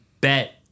bet